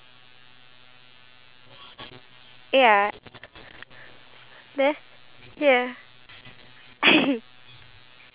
wait I actually wanted to be a doctor once when I was younger but good enough I'm already like in the healthcare industry right now